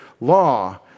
law